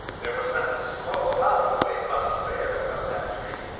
there was nothing slow about the way buster bear went up that tree.